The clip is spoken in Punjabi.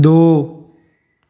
ਦੋ